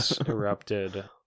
erupted